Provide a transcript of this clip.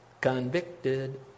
Convicted